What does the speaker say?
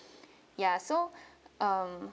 ya so um